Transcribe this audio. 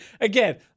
Again